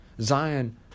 Zion